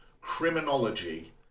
criminology